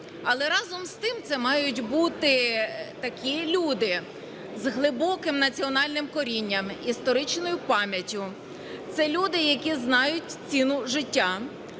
Але, разом з тим, це мають бути такі люди: з глибоким національним корінням, історичною пам'яттю. Це люди, які знають ціну життя,